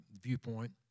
viewpoint